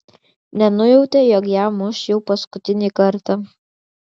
nenujautė jog ją muš jau paskutinį kartą